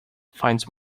finds